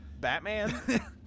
batman